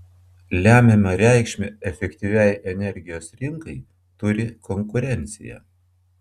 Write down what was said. lemiamą reikšmę efektyviai energijos rinkai turi konkurencija